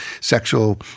sexual